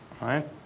right